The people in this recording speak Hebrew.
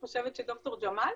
אני חושבת שד"ר ג'מאל,